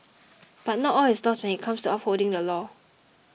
but not all is lost when it comes upholding the law